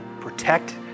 protect